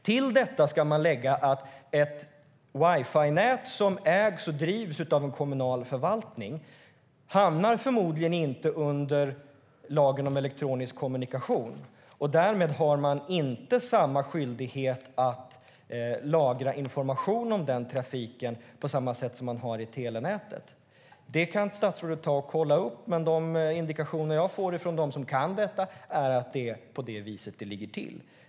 Till detta ska läggas att ett wifi-nät som ägs och drivs av en kommunal förvaltning hamnar förmodligen inte under lagen om elektronisk kommunikation, och därmed har man inte samma skyldighet att lagra information om den trafiken som man har i telenätet. Det kan statsrådet kolla upp, men de indikationer jag får från dem som kan detta är att det är på detta vis det ligger till.